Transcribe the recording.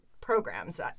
programs